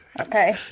okay